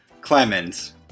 Clemens